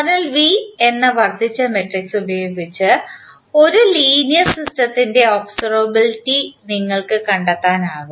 അതിനാൽ V എന്ന വർദ്ധിച്ച മെട്രിക്സ് ഉപയോഗിച്ച് ഒരു ലീനിയർ സിസ്റ്റത്തിൻറെ ഒബ്സെർവബലിറ്റി നിങ്ങൾക്ക് കണ്ടെത്താനാകും